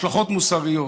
השלכות מוסריות: